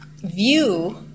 view